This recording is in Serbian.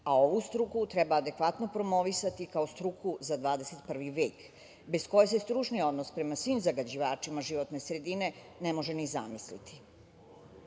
a ovu struku treba adekvatno promovisati kao struku za 21. vek, bez koje se stručni odnos prema svim zagađivačima životne sredine ne može ni zamisliti.